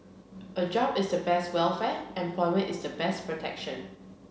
a job is the best welfare employment is the best protection